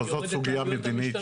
אבל זו סוגיה מדינית.